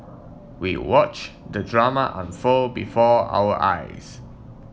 we watch the drama unfold before our eyes